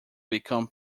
become